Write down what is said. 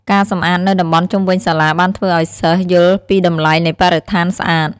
ការសំអាតនៅតំបន់ជុំវិញសាលាបានធ្វើឲ្យសិស្សយល់ពីតម្លៃនៃបរិស្ថានស្អាត។